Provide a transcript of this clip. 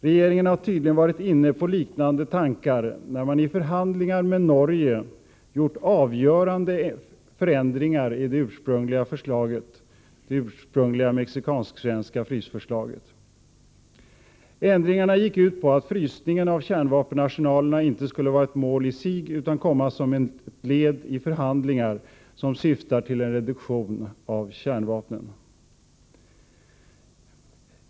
Regeringen har tydligen varit inne på liknande tankar när man i förhandlingar med Norge gjort avgörande ändringar i det ursprungliga mexikansk-svenska frysförslaget. Ändringarna gick ut på att frysningen av kärnvapenarsenalerna inte skulle vara ett mål i sig utan komma som ett led i förhandlingar, som syftar till en reduktion av kärnvapen.